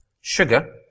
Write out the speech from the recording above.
sugar